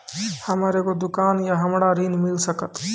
हमर एगो दुकान या हमरा ऋण मिल सकत?